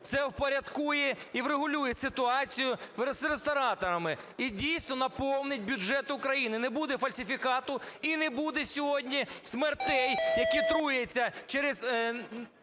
Це впорядкує і врегулює ситуацію з рестораторами і, дійсно, наповнить бюджет України. Не буде фальсифікату і не буде сьогодні смертей, які труяться через